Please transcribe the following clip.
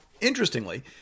interestingly